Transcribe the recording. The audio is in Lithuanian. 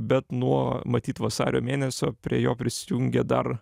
bet nuo matyt vasario mėnesio prie jo prisijungė dar